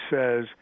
says